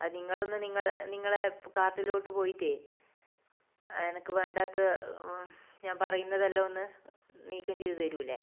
അത് നിങ്ങൾ ഒന്ന് നിങ്ങൾ നിങ്ങളെ കാർട്ടിലോട്ട് പോയിട്ട് എനിക്ക് വേണ്ടാത്ത ഞാൻ പറയുന്നതെല്ലാം ഒന്ന് നീക്കം ചെയ്ത് തരൂല്ലേ